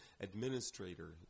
administrator